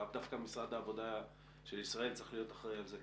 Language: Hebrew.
לאו דווקא משרד העבודה של ישראל צריך להיות אחראי על זה.